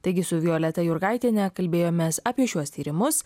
taigi su violeta jurgaitiene kalbėjomės apie šiuos tyrimus